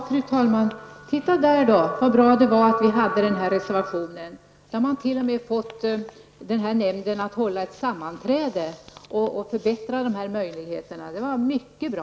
Fru talman! Se där, så bra det var att vi gjorde den här reservationen! Man har t.o.m. fått den här nämnden att hålla ett sammanträde och att förbättra dessa möjligheter. Det var mycket bra.